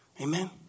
Amen